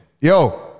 Yo